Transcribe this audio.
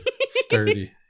Sturdy